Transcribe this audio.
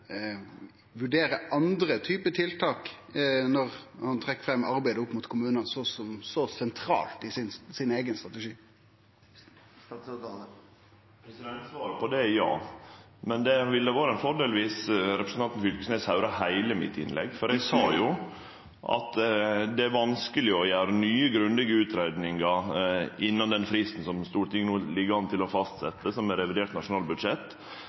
andre typar tiltak når han trekkjer fram arbeidet opp mot kommunar som så sentralt i sin eigen strategi? Svaret på det er ja. Men det ville ha vore ein fordel dersom representanten Fylkesnes høyrde heile innlegget mitt, for eg sa at det er vanskeleg å gjere nye, grundige utgreiingar innan den fristen som Stortinget ligg an til å fastsetje, som er revidert nasjonalbudsjett,